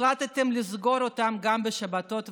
החלטתם לסגור אותם גם בשבתות ובחגים.